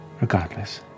Regardless